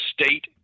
state –